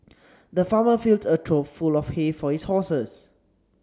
the farmer filled a trough full of hay for his horses